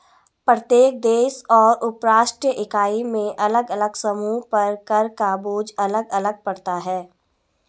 प्रत्येक देश और उपराष्ट्रीय इकाई में अलग अलग समूहों पर कर का बोझ अलग अलग पड़ता है